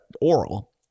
oral